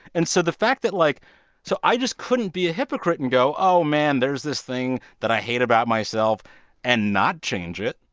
and so the fact that, like so i just couldn't be a hypocrite and go, oh, man, there's this thing that i hate about myself and not change it.